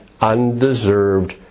undeserved